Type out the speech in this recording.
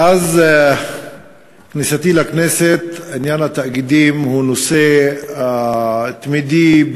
מאז כניסתי לכנסת עניין התאגידים הוא נושא תמידי,